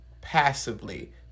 passively